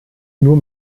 nur